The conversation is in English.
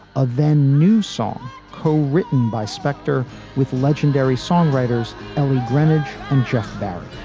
a then new song co-written by spector with legendary songwriters ellie greenwich and jeff barry